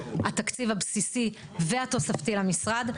התקציב הבסיסי והתוספתי למשרד.